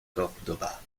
córdoba